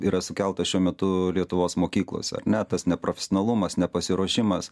yra sukeltas šiuo metu lietuvos mokyklose ar ne tas neprofesionalumas nepasiruošimas